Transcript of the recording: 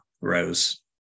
rows